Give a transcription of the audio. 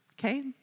Okay